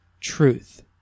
truth